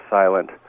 Silent